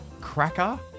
Cracker